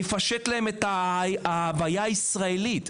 לפשט להם את ההוויה הישראלית.